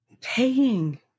paying